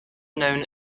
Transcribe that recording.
known